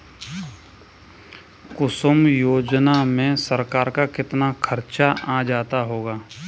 कुसुम योजना में सरकार का कितना खर्चा आ जाता होगा